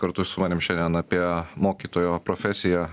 kartu su manim šiandien apie mokytojo profesiją